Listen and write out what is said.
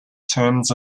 terms